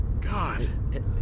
God